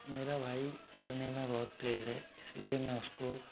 मेरा भाई पढ़ने में बहुत तेज़ है इस लिए मैं उसको